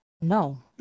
No